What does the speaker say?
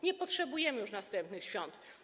Nie potrzebujemy już następnych świąt.